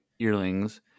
earlings